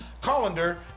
colander